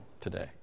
today